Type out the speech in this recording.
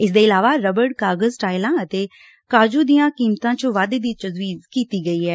ਇਸ ਦੇ ਇਲਾਵਾ ਰਬੜ ਕਾਗਜ਼ ਟਾਇਲਾਂ ਅਤੇ ਕਾਜੁ ਦੀਆਂ ਕੀਮਤਾਂ ਚ ਵਾਧੇ ਦੀ ਤਜਵੀਜ ਵੀ ਕੀਤੀ ਐ